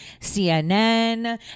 CNN